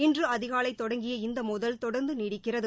இன்று அதிகாலை தொடங்கிய இந்த மோதல் தொடர்ந்து நீடிக்கிறது